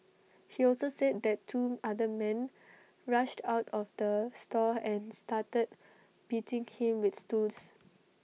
he also said that two other men rushed out of the store and started beating him with stools